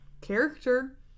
character